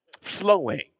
flowing